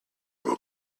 will